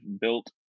built